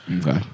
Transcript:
Okay